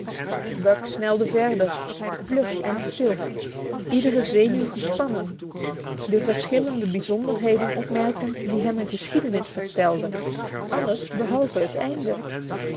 buck snelde verder vlug en stil iedere zenuw gespannen de verschillende bijzonderheden opmerkend die hem een geschiedenis vertelden alles behalve het einde